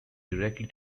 directly